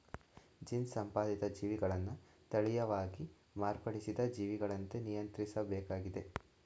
gene ಸಂಪಾದಿತ ಜೀವಿಗಳನ್ನ ತಳೀಯವಾಗಿ ಮಾರ್ಪಡಿಸಿದ ಜೀವಿಗಳಂತೆ ನಿಯಂತ್ರಿಸ್ಬೇಕಾಗಿದೆ